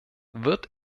wird